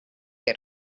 had